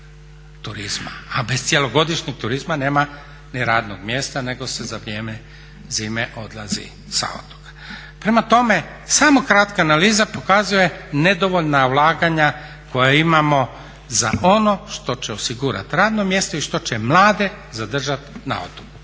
A bez cjelogodišnjeg turizma nema ni radnog mjesta nego se za vrijeme zime odlazi sa otoka. Prema tome, samo kratka analiza pokazuje nedovoljna ulaganja koja imamo za ono što će osigurati radno mjesto i što će mlade zadržati na otoku.